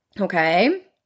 Okay